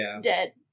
dead